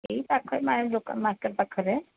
ଏଇ ପାଖରେ ଦୋକାନ ମାର୍କେଟ୍ ପାଖରେ